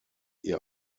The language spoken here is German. ihr